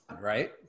Right